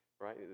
right